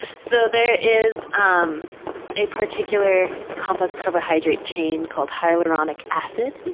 so, there is um a particular complex carbohydrate chain called hyaluronic acid.